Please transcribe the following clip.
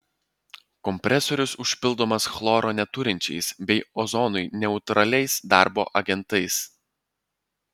kompresorius užpildomas chloro neturinčiais bei ozonui neutraliais darbo agentais